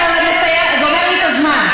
אתה גומר לי את הזמן.